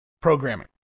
programming